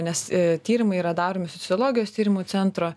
nes tyrimai yra daromi sociologijos tyrimų centro